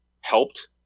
helped